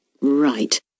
Right